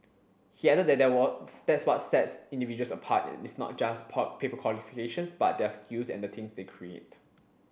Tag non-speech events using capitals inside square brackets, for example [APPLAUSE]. he added that what [UNINTELLIGIBLE] sets individuals apart is not just [UNINTELLIGIBLE] paper qualifications but their skills and the things they create